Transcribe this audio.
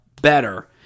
better